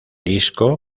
disco